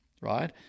right